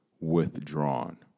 withdrawn